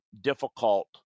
difficult